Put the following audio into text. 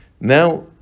Now